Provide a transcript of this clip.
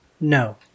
No